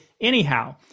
anyhow